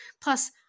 Plus